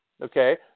okay